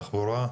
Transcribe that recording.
תחבורה?